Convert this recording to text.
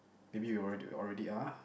maybe you already already are